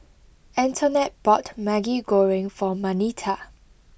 Antonette bought Maggi Goreng for Marnita